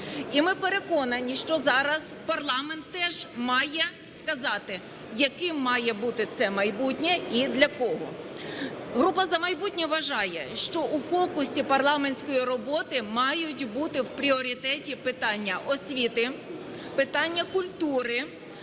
І ми переконані, що зараз парламент теж має сказати, яким має бути це майбутнє і для кого. Група "За майбутнє" вважає, що у фокусі парламентської роботи мають бути в пріоритеті питання освіти, питання культури